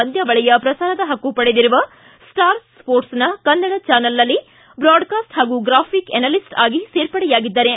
ಪಂದ್ಯಾವಳಿಯ ಪ್ರಸಾರದ ಪಕ್ಕು ಪಡೆದಿರುವ ಸ್ಟಾರ್ ಸ್ನೋರ್ಟ್ಸ್ನ ಕನ್ನಡ ಚಾನೆಲ್ನಲ್ಲಿ ಬ್ರಾಡ್ಕಾಸ್ಟ್ ಹಾಗೂ ಗ್ರಾಫಿಕ್ ಅ್ಯನಲಿಸ್ಟ್ ಆಗಿ ಸೇರ್ಪಡೆಯಾಗಿದ್ದಾರೆ